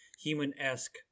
human-esque